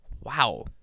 wow